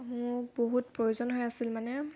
মোক বহুত প্ৰয়োজন হৈ আছিল মানে